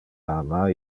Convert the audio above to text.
ama